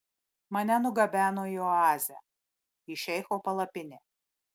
mane nugabeno į oazę į šeicho palapinę